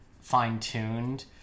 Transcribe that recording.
fine-tuned